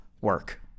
work